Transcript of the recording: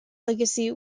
legacy